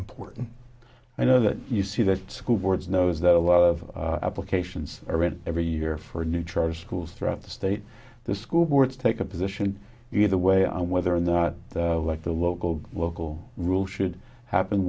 important i know that you see that school boards knows that a lot of applications are read every year for new charter schools throughout the state the school boards take a position either way i whether or not the local local rule should happen